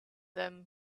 them